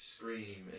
Scream